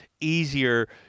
easier